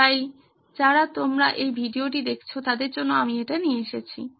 তাই যারা তোমরা এই ভিডিওটি দেখছো তাদের জন্য আমি এটা নিয়ে আসছি